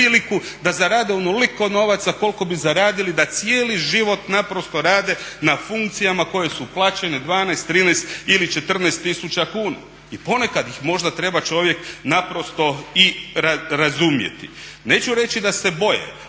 da zarade onoliko novaca koliko bi zaradili da cijeli život naprosto rade na funkcijama koje su plaćene 12, 13 ili 14 tisuća kuna i ponekad ih možda treba čovjek naprosto i razumjeti. Neću reći da se boje,